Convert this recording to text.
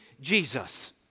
Jesus